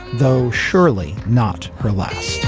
though surely not her last